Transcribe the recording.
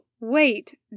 wait